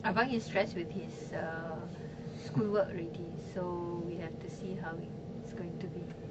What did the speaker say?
abang is stress with his schoolwork already so we have to see how it's going to be